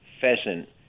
pheasant